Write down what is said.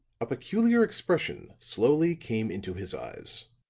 a peculiar expression slowly came into his eyes.